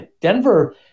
Denver